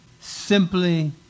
simply